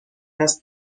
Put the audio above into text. است